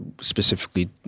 specifically